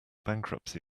bankruptcy